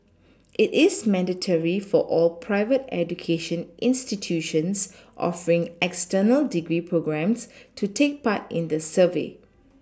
it is mandatory for all private education institutions offering external degree programmes to take part in the survey